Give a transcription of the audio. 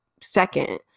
second